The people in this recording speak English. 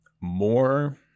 more